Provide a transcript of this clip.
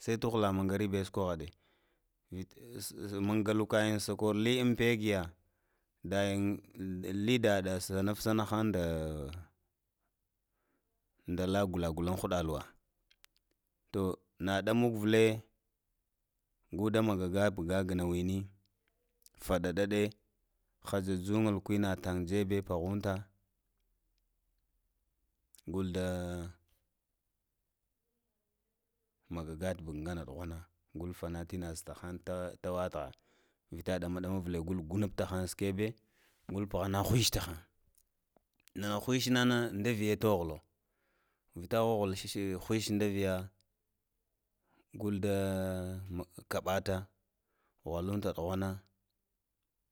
Sei tuhla mangaribaye sukwahaɗe mun galamun so korli unpegiya ndagin li daɗa snafsnahan nda nda la gula gula un khana lawa to na ɗaman vle, ka tamaka ganau wini faɗaɗaɗe hajajugan kwinatan jebe pahun ta, gulda magagan vun ɗughwana gul fanata ina zən ta khan tawathaa, vita ɗama ɗama vle gul gunattahan skebe, gul buhana khish ta han nana khish na na da viya toho toho khishi ta viya gulda kaɓata ghanunta ɗugh ana